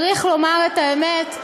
צריך לומר את האמת,